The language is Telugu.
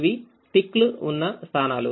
ఇవిటిక్ లుఉన్న స్థానాలు